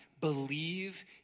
believe